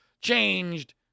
changed